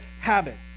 habits